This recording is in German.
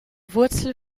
wurzel